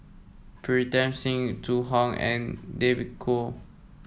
Pritam Singh Zhu Hong and David Kwo